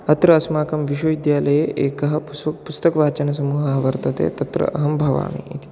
अत्र अस्माकं विश्वविद्यालये एकः पुसु पुस्तकवाचनसमूहः वर्तते तत्र अहं भवामि इति